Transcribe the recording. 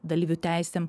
dalyvių teisėm